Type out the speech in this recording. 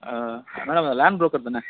அண்ணா அந்த land broker தானே